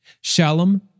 Shalom